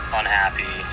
unhappy